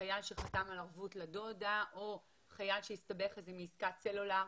חייל שחתם על ערבות לדודה או חייל שהסתבך מעסקת סלולר,